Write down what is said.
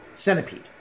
Centipede